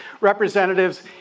representatives